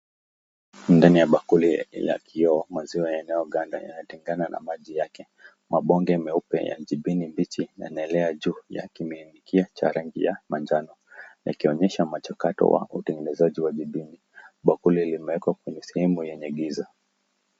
Ndani ya bakuli la kioo maziwa yanayoganda yanatengana na maji yake. Mabonge meupe ya jibini mbichi yanaelea juu ya kiminikia cha rangi ya manjano yakionyesha mchakato wa utengenezaji wa jibini. Bakuli limewekwa kwenye sehemu yenye giza.